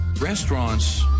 restaurants